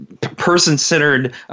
person-centered